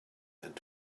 and